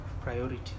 priority